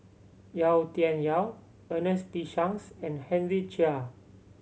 Yau Tian Yau Ernest P Shanks and Henry Chia